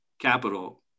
capital